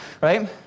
right